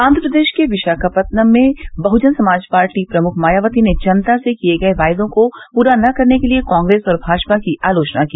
आन्म्र प्रदेश के विशापट्टनम में बहुजन समाज पार्टी प्रमुख मायावती ने जनता से किए गये वायदों को पूरा न करने के लिए कांग्रेस और भाजपा की आलोचना की